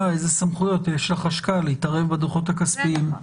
איזה סמכויות יש לחשב הכללי להתערב בדוחות הכספיים.